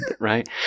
right